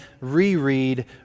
reread